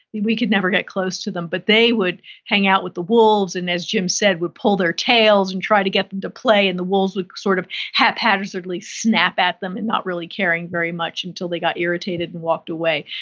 we could never get to them, but they would hang out with the wolves and as jim said would pull their tails and try to get them to play and the wolves would sort of haphazardly snap at them and not really caring very much until they got irritated and walked away.